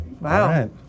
Wow